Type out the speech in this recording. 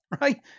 Right